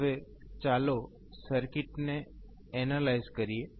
હવે ચાલો સર્કિટને એનાલાઈઝ કરીએ